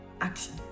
action